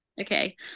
okay